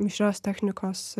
mišrios technikos